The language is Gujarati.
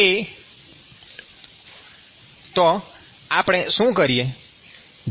તો આપણે શું કરીએ